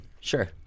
Sure